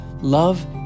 Love